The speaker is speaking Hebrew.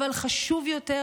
אבל חשוב יותר,